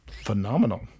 Phenomenal